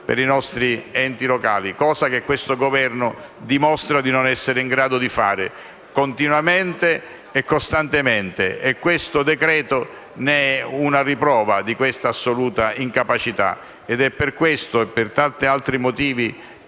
per i nostri enti locali, cosa che questo Governo dimostra di non essere in grado di fare, continuamente e costantemente, e tale decreto è una riprova di questa assoluta incapacità. È per questo e per tanti altri motivi